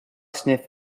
sniff